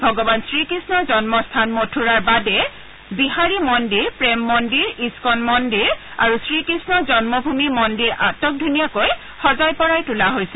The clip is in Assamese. ভগৱান শ্ৰীকৃষ্ণৰ জন্মস্থান মথুৰাৰ বাকে বিহাৰী মন্দিৰ প্ৰেম মন্দিৰ ইছকন মন্দিৰ আৰু শ্ৰীকৃষ্ণ জন্মভূমি মন্দিৰ আটক ধুনীয়াকৈ সজাই পৰাই তোলা হৈছে